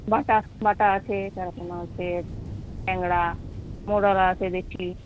বাটা বাটা আছে চারাপোনা আছে ট্যাংরা মৌরলা আছে দেখছি